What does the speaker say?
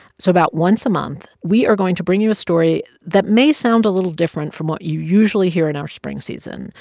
so about once a month, we are going to bring you a story that may sound a little different from what you usually hear in our spring season.